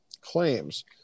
claims